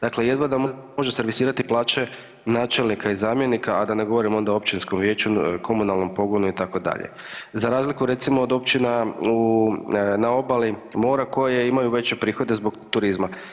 Dakle, jedva da može servisirati plaće načelnika i zamjenika, a da ne govorim onda o općinskom vijeću, komunalnom pogonu itd., za razliku recimo od općina na obali mora koje imaju veće prihode zbog turizma.